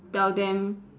tell them